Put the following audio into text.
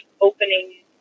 opening